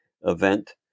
event